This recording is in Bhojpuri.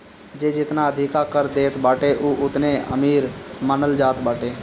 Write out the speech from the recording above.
जे जेतना अधिका कर देत बाटे उ ओतने अमीर मानल जात बाटे